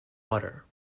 water